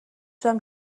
شدم